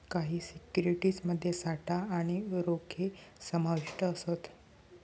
काही सिक्युरिटीज मध्ये साठा आणि रोखे समाविष्ट असत